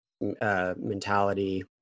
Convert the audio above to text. mentality